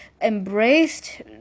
embraced